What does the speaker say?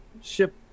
ship